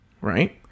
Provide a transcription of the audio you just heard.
Right